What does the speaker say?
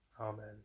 amen